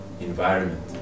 environment